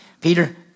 Peter